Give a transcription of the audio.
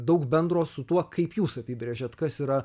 daug bendro su tuo kaip jūs apibrėžėt kas yra